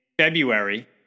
February